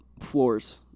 floors